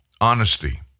Honesty